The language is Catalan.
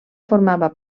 formava